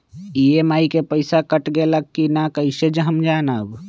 EMI के पईसा cut गेलक कि ना कइसे हम जानब?